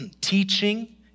teaching